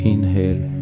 Inhale